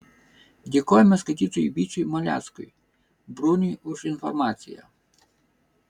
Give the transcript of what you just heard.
dėkojame skaitytojui vyčiui maleckui bruniui už informaciją